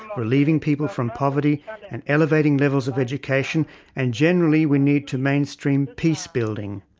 relieving people from poverty and elevating levels of education and generally we need to mainstream peace-building.